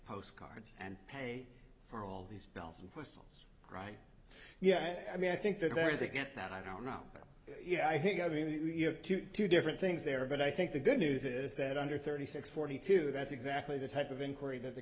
postcards and pay for all these bells and whistles right yeah i mean i think that there they get that i don't know you know i think i mean you know two different things there but i think the good news is that under thirty six forty two that's exactly the type of inquiry that the